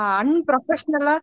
unprofessional